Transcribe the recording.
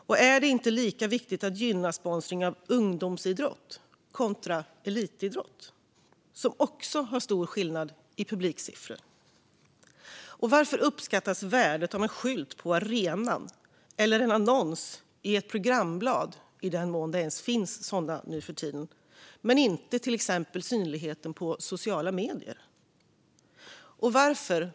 Och är det inte lika viktigt att gynna sponsring av ungdomsidrott kontra elitidrott, där det också är stor skillnad i publiksiffror? Varför uppskattas värdet av en skylt på arenan eller en annons i ett programblad, i den mån det ens finns sådana nu för tiden, men inte till exempel synligheten i sociala medier?